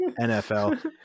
NFL